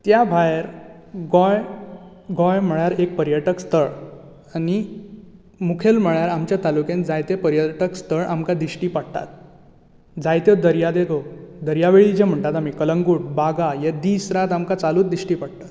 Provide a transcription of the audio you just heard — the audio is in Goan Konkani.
त्या भायर गोंय गोंय म्हळ्यार एक पर्यटक स्थळ आनी मुखेल म्हळ्यार आमच्या तालुक्यान जायते पर्यटक स्थळ आमकां दिश्टी पडटात जायत्यो दर्यादेगो दर्यावेळी जे म्हणटात आमी कलंगूट बागा हे दीस रात आमकां चालूच दिश्टी पडटात